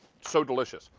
so delicious.